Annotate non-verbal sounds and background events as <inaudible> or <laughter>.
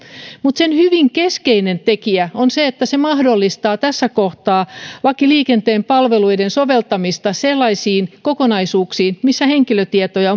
mutta sen hyvin keskeinen tekijä on se että se mahdollistaa tässä kohtaa lain liikenteen palveluista soveltamisen sellaisiin kokonaisuuksiin missä henkilötietoja <unintelligible>